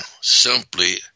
simply